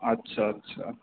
আচ্ছা আচ্ছা